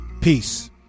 Peace